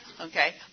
Okay